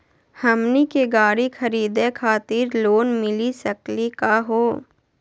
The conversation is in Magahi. हमनी के गाड़ी खरीदै खातिर लोन मिली सकली का हो?